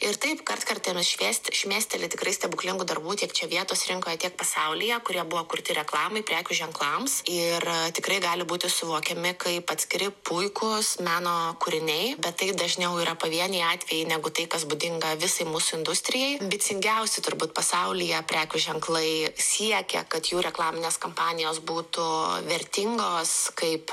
ir taip kartkartėmis švėst šmėsteli tikrai stebuklingų darbų tiek čia vietos rinkoj tiek pasaulyje kurie buvo kurti reklamai prekių ženklams ir tikrai gali būti suvokiami kaip atskiri puikūs meno kūriniai bet tai dažniau yra pavieniai atvejai negu tai kas būdinga visai mūsų industrijai ambicingiausi turbūt pasaulyje prekių ženklai siekia kad jų reklaminės kampanijos būtų vertingos kaip